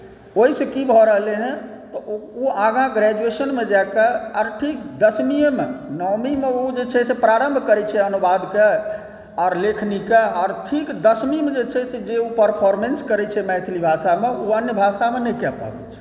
ओहिसॅं की भऽ रहलै हँ तऽ ओ आगाँ ग्रैजूएशनमे जाकऽ आ ठीक दसमीएमे नवमीमे ओ जे छै से प्रारम्भ करै छै अनुवादके आर लेखनीक़ें आओर ठीक दशमीमे जे छै जे ओ पर्फ़ॉर्मन्स करै छै मैथिली भाषामे ओ अन्य भाषामे नहि कै पाबै छै